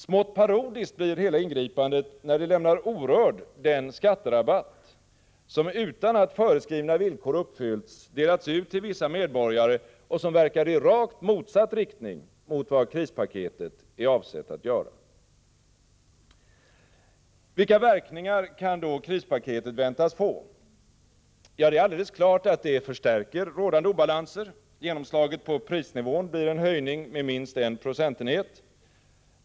Smått parodiskt blir hela ingripandet, när det lämnar orörd den skatterabatt som utan att föreskrivna villkor uppfyllts delas ut till vissa medborgare och som verkar i rakt motsatt riktning mot vad krispaketet är avsett att göra. Vilka verkningar kan då krispaketet väntas få? Ja, det är alldeles klart att det förstärker rådande obalanser. Genomslaget på prisnivån blir en höjning med minst 1 procentenhet.